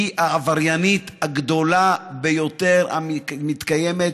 היא העבריינית הגדולה ביותר המתקיימת.